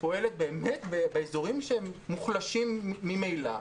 שפועלת באמת באזורים שהם מוחלשים ממילא.